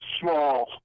small